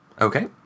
Okay